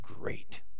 great